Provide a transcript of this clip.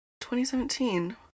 2017